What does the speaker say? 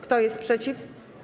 Kto jest przeciw?